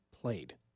played